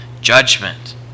judgment